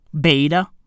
beta